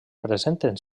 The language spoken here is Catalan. presenten